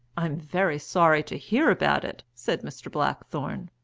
i am very sorry to hear about it, said mr. blackthorne,